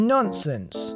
Nonsense